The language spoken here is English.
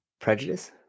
Prejudice